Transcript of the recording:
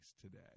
today